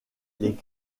les